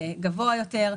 גבוה יותר,